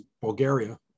Bulgaria